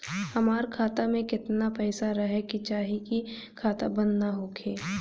हमार खाता मे केतना पैसा रहे के चाहीं की खाता बंद ना होखे?